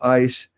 ice